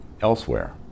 Elsewhere